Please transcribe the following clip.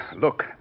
Look